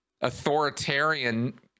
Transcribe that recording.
authoritarian